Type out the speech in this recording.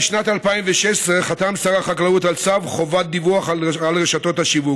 בשנת 2016 חתם שר החקלאות על צו חובת דיווח על רשתות השיווק,